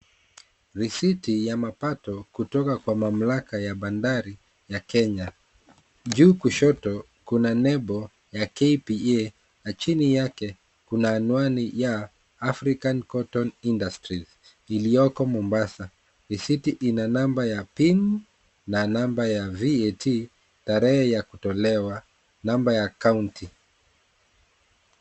Risiti ya mapato kutoka kwa mamlaka ya bandari ya Kenya, juu kushoto kuna nembo ya KBA na chini yake kuna anwani ya African cotton industry, iliyoko Mombasa . Risiti ina namba ya pin na namba ya VAT, tarehe ya kutolewa, namba ya kaunti.